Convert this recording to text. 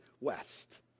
west